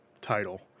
title